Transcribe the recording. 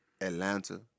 Atlanta